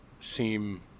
seem